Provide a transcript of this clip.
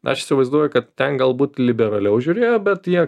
aš įsivaizduoju kad ten galbūt liberaliau žiūrėjo bet jie